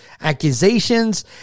accusations